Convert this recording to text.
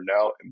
now